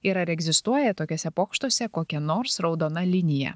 ir ar egzistuoja tokiuose pokštuose kokia nors raudona linija